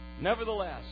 Nevertheless